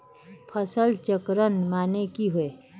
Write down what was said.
फसल चक्रण माने की होय?